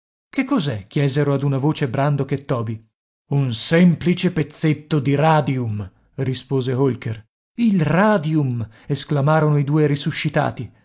gas che cos'è chiesero ad una voce brandok e toby un semplice pezzetto di radium rispose holker il radium esclamarono i due risuscitati